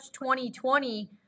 2020